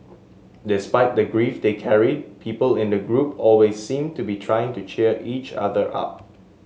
despite the grief they carried people in the group always seemed to be trying to cheer each other up